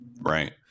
Right